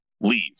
leave